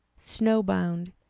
Snowbound